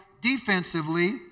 defensively